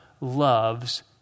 loves